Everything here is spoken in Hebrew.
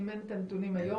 אם אין את הנתונים היום,